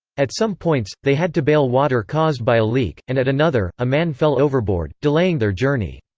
at some points, they had to bail water caused by a leak, and at another, a man fell overboard, delaying their journey.